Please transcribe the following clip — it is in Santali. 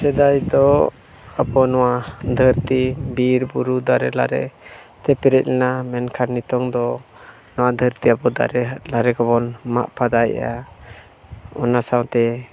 ᱥᱮᱫᱟᱭ ᱫᱚ ᱟᱵᱚ ᱱᱚᱣᱟ ᱫᱷᱟᱹᱨᱛᱤ ᱵᱤᱨᱼᱵᱩᱨᱩ ᱫᱟᱨᱮ ᱞᱟᱨᱮ ᱛᱮ ᱯᱮᱨᱮᱡ ᱞᱮᱱᱟ ᱢᱮᱱᱠᱷᱟᱱ ᱱᱤᱛᱚᱝ ᱫᱚ ᱱᱚᱣᱟ ᱫᱷᱟᱹᱨᱛᱤ ᱟᱵᱚ ᱫᱟᱨᱮ ᱞᱟᱨᱮ ᱠᱚᱵᱚᱱ ᱢᱟᱜ ᱯᱷᱟᱸᱫᱟᱭᱮᱜᱼᱟ ᱚᱱᱟ ᱥᱟᱶᱛᱮ